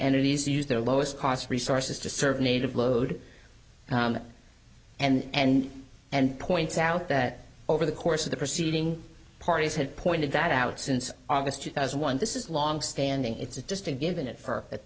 energies use their lowest cost resources to serve native load and and points out that over the course of the proceeding parties had pointed that out since august two thousand one this is longstanding it's just a given it for